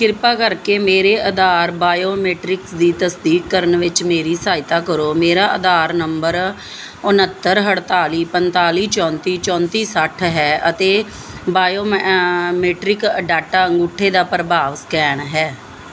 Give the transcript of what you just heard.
ਕ੍ਰਿਪਾ ਕਰਕੇ ਮੇਰੇ ਅਧਾਰ ਬਾਇਓਮੈਟ੍ਰਿਕਸ ਦੀ ਤਸਦੀਕ ਕਰਨ ਵਿੱਚ ਮੇਰੀ ਸਹਾਇਤਾ ਕਰੋ ਮੇਰਾ ਅਧਾਰ ਨੰਬਰ ਉਨੱਤਰ ਅਠਤਾਲੀ ਪੰਤਾਲੀ ਚੌਂਤੀ ਚੌਂਤੀ ਸੱਠ ਹੈ ਅਤੇ ਬਾਇਓ ਮੈਟ੍ਰਿਕ ਡਾਟਾ ਅੰਗੂਠੇ ਦਾ ਪ੍ਰਭਾਵ ਸਕੈਨ ਹੈ